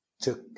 took